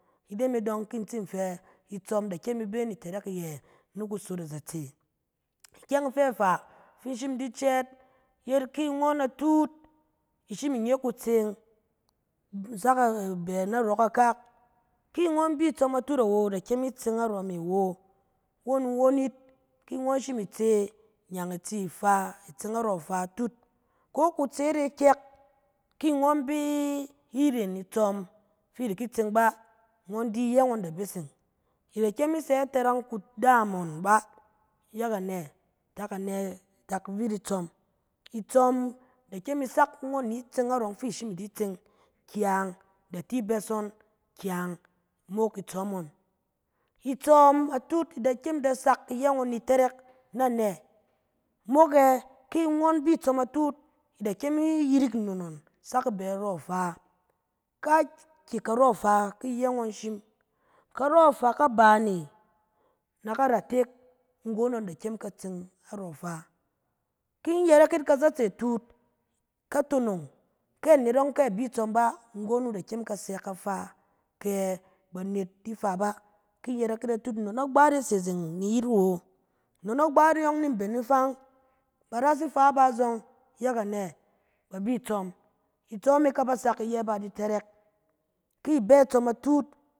Ide me dɔng kin in tsin fɛ, itsɔm da kyem i bɛ ni tɛrɛk iyɛ ni kusot azatse. Ikyɛng ifɛ faa, fin in shim in di cɛɛt, yet ki ngɔn atut, i shim inye kutseng sak i bɛ narɔ kakak, ki ngɔn bi tsɔm atut awo, da kyem i tseng narɔ me awo. Won in won 'it. ki ngɔn shim i tse, nyan i tsi ifa, i tse narɔ ifa tut, ko kutseet e kƴek, ki ngɔn bi- irèn itsɔm fi i di ki tse bá, ngɔn di iyɛ ngon da beseng. I da kyem i sɛ itarang kudaam ngɔn bá, yak anɛ?, yak anɛ tak vit itsɔm. Itsɔm da kyem i sak ngɔn ni tseng narɔ yɔng fi ngɔn shim ni tseng kyang, da ti bɛ ngɔn kyang, mok itsɔm ngɔn. Itsɔm atut, i da kyem i da sak iyɛ ngɔn ni tɛrɛk, nanɛ? Mok ɛ ki ngɔn bi tsɔm atut, i da kyem i yirik nnon ngɔn sak i bɛ arɔ ifa, kaa-kyɛ karɔ ifa ki iyɛ ngɔn shim. Karɔ ifa kabane na karatek, nggon ngɔn da kyem ka tse arɔ ifa. Ki in yɛrɛk it kazatse tut, ka tosong, kɛ anet ɔng ke a bi tsɔm bá, nggon wu da kyem ka sɛ ka fa kɛ banet di fa bá. Ki i yɛrɛk it atut, nnon agbaat e se zeng ni yit awo. Nnon agbaat e yɔng ni mben ifang, ba ras ifa bá zɔng, yak anɛ? Ba bi tsɔm. Itsɔm e sak iyɛ bá di tɛrɛk, ki i bɛ tsɔm atut,